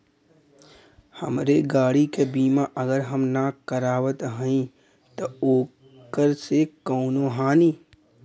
हमरे गाड़ी क बीमा अगर हम ना करावत हई त ओकर से कवनों हानि?